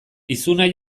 izuna